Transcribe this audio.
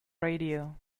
radio